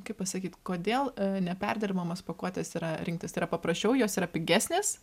kaip pasakyt kodėl neperdirbamas pakuotes yra rinktis tai yra paprasčiau jos yra pigesnės